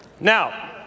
Now